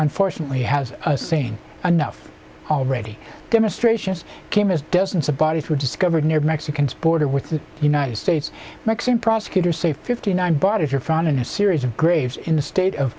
unfortunately has seen enough already demonstrations came as dozens of bodies were discovered near the mexican border with the united states mexican prosecutors say fifty nine but if you're found in a series of graves in the state of